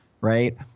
Right